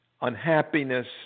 unhappiness